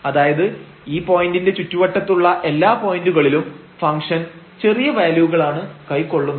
അതായത് ഈ പോയന്റിന്റെ ചുറ്റുവട്ടത്തുള്ള എല്ലാ പോയന്റുകളിലും ഫംഗ്ഷൻ ചെറിയ വാല്യൂകളാണ് കൈക്കൊള്ളുന്നത്